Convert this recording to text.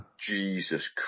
Jesus